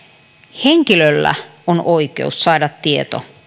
henkilöllä on oikeus saada tieto